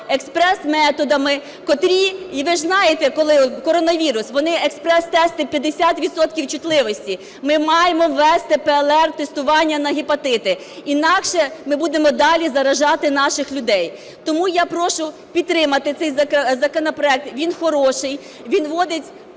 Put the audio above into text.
експрес-методами, котрі, ви ж знаєте, коли коронавірус, вони, експрес-тести, 50 відсотків чутливості. Ми маємо ввести ПЛР-тестування на гепатити, інакше ми будемо далі заражати наших людей. Тому я прошу підтримати цей законопроект. Він хороший, він вводить потрібні